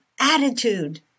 attitude